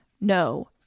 No